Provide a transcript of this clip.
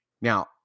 Now